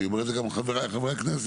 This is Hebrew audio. אני אומר את זה גם לחבריי חברי הכנסת,